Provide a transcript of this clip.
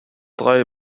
dry